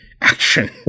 action